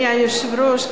אדוני היושב-ראש,